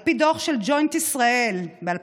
על פי דוח של ג'וינט ישראל מ-2017,